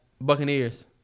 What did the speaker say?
Buccaneers